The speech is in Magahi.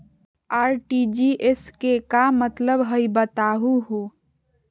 आर.टी.जी.एस के का मतलब हई, बताहु हो?